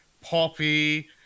Poppy